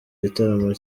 gitaramo